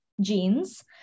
Jeans